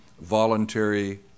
voluntary